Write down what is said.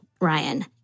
Ryan